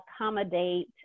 accommodate